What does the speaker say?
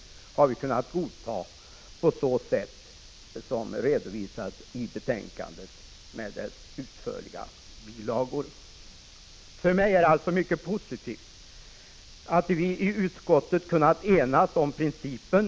1985/86:50 har vi kunnat godta, såsom redovisas i betänkandet och dess utförliga 12 december 1985 bilagor. Le Lå är ES Radiooch TV För mig är det mycket positivt att vi i utskottet kunnat enas om principen Sändningar i kabelnät .